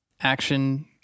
action